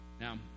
Now